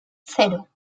cero